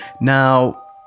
Now